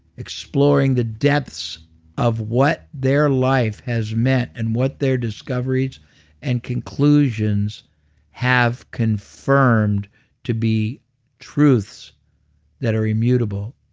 exploring the depths of what their life has meant and what their discoveries and conclusions have confirmed to be truths that are immutable.